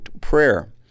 prayer